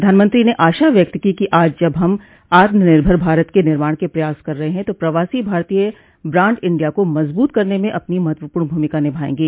प्रधानमंत्री ने आशा व्यक्त की कि आज जब हम आत्मनिर्भर भारत के निर्माण के प्रयास कर रहे हैं तो प्रवासी भारतीय ब्रांड इंडिया को मजबूत करने में अपनी महत्वपूर्ण भूमिका निभाएंगे